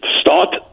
start